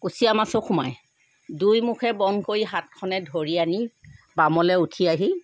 কুছীয়া মাছো সোমায় দুই মুখে বন্ধ কৰি হাতখনেৰে ধৰি আনি বামলৈ উঠি আহি